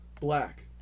Black